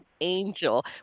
angel